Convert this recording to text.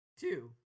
Two